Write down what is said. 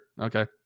Okay